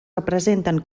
representen